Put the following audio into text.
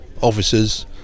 officers